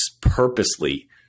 purposely